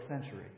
Century